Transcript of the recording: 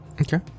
Okay